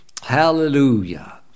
Hallelujah